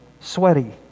sweaty